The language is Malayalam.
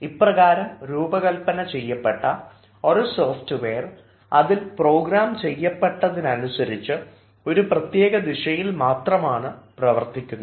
ഇപ്രകാരം രൂപകൽപ്പന ചെയ്യപ്പെട്ട ഒരു സോഫ്റ്റ്വെയർ അതിൽ പ്രോഗ്രാം ചെയ്യപ്പെട്ട അതിനനുസരിച്ച് ഒരു പ്രത്യേക ദിശയിൽ മാത്രമാണ് പ്രവർത്തിക്കുന്നത്